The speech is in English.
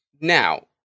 Now